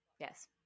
Yes